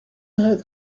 had